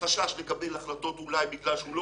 חשש לקבל החלטות אולי בגלל שהוא לא